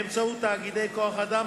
באמצעות תאגידי כוח-האדם,